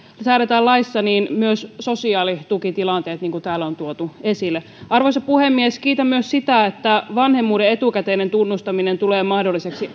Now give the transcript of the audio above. säädetään laissa niin myös sosiaalitukitilanteet olisi huomioitava niin kuin täällä on tuotu esille arvoisa puhemies kiitän myös siitä että vanhemmuuden etukäteinen tunnustaminen tulee mahdolliseksi